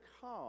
come